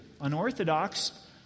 Unorthodox